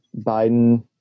Biden